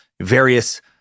various